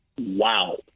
wow